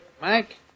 Mike